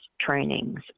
trainings